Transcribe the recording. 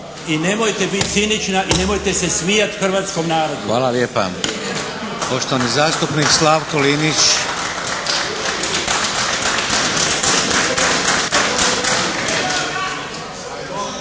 I nemojte biti cinična i nemojte se smijati hrvatskom narodu. **Šeks, Vladimir (HDZ)** Hvala lijepa. Poštovani zastupnik Slavko Linić.